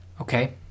Okay